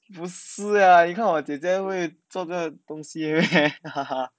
不是啦你看我姐姐会做这个东西 meh